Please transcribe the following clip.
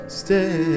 stay